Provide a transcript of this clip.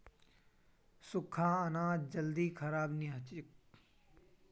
सुख्खा अनाज जल्दी खराब नी हछेक